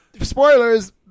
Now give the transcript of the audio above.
spoilers